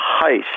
heist